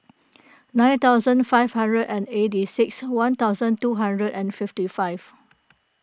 nine thousand five hundred and eighty six one thousand two hundred and fifty five